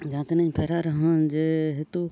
ᱡᱟᱦᱟᱸ ᱛᱤᱱᱟᱹᱜ ᱤᱧ ᱯᱟᱭᱨᱟᱜ ᱨᱮᱦᱚᱸ ᱡᱮ ᱦᱮᱛᱩ